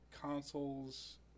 consoles